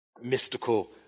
mystical